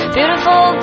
Beautiful